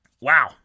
Wow